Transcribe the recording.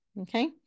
okay